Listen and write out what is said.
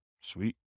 Sweet